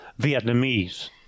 Vietnamese